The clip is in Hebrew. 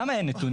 למה אין נתונים?